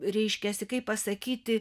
reiškiasi kaip pasakyti